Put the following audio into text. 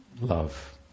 love